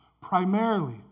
primarily